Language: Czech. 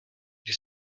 když